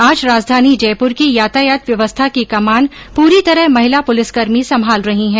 आज राजधानी जयपुर की यातायात व्यवस्था की कमान पूरी तरह महिला पुलिसकर्मी संभाल रही है